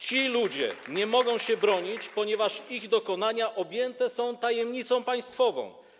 Ci ludzie nie mogą się bronić, ponieważ ich dokonania objęte są tajemnicą państwową.